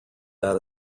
that